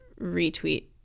retweet